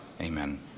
Amen